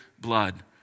blood